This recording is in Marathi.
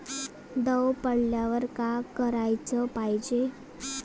दव पडल्यावर का कराच पायजे?